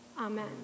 Amen